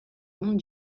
monde